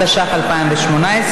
התשע"ח 2018,